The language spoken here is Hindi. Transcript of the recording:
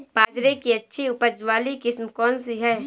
बाजरे की अच्छी उपज वाली किस्म कौनसी है?